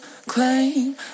claim